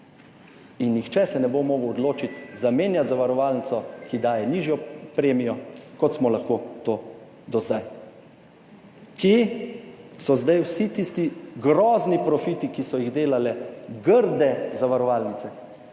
in nihče se ne bo mogel odločiti: zamenjati zavarovalnico, ki daje nižjo premijo, kot smo lahko to do zdaj. Kje so zdaj vsi tisti grozni profiti, ki so jih delale grde zavarovalnice?